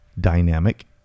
dynamic